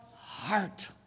heart